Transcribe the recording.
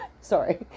Sorry